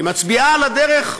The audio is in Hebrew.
היא מצביעה על הדרך,